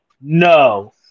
no